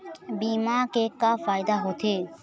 बीमा के का फायदा होते?